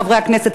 חברי הכנסת,